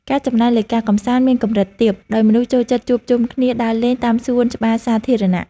ការចំណាយលើការកម្សាន្តមានកម្រិតទាបដោយមនុស្សចូលចិត្តជួបជុំគ្នាដើរលេងតាមសួនច្បារសាធារណៈ។